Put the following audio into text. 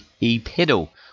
e-pedal